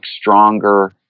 stronger